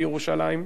בירושלים.